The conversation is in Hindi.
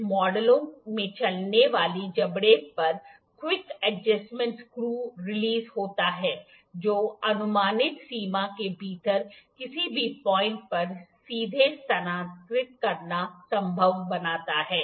कुछ मॉडलों में चलने वाली जबड़े पर क्विक एडजेस्टमेंट स्करू रिलीज होता है जो अनुमानित सीमा के भीतर किसी भी पाॅइंट पर सीधे स्थानांतरित करना संभव बनाता है